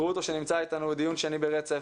גרוטו שנמצא איתנו דיון שני ברצף,